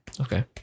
okay